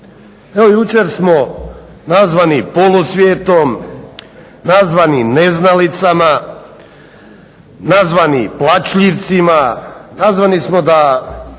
Evo jučer smo nazvani polusvijetom, nazvani neznalicama, nazvani plačljivcima, nazvani smo da